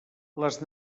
les